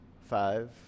Five